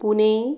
Pune